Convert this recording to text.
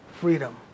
Freedom